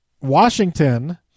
Washington